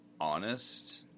honest